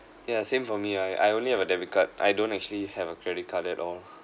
yeah same for me I I only have a debit card I don't actually have a credit card at all